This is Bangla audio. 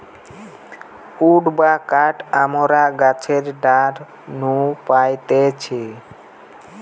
উড বা কাঠ আমরা গাছের ডাল নু পাইতেছি